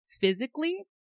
physically